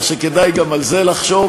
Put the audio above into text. כך שכדאי גם על זה לחשוב.